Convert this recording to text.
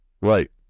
Right